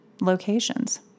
locations